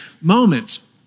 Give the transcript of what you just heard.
moments